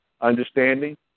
understanding